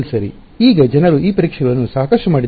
ಈಗ ಜನರು ಈ ಪರೀಕ್ಷೆಗಳನ್ನು ಸಾಕಷ್ಟು ಮಾಡಿದ್ದಾರೆ